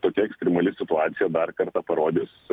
tokia ekstremali situacija dar kartą parodys